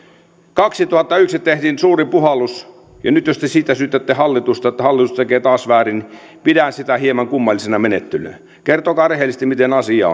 kaksituhattayksi tehtiin suuri puhallus ja nyt jos te siitä syytätte hallitusta että hallitus tekee taas väärin pidän sitä hieman kummallisena menettelynä kertokaa rehellisesti miten asia